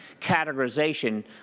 categorization